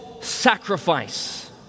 sacrifice